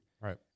right